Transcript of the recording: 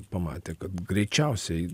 pamatė kad greičiausiai